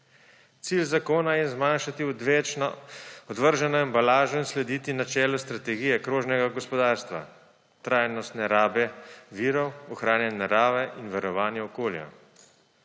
Cilj zakona je zmanjšati odvrženo embalažo in slediti načelu strategije krožnega gospodarstva, trajnostne rabe virov, ohranjanja narave in varovanja okolja.